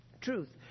Truth